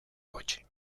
coche